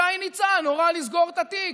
שי ניצן הורה לסגור את התיק,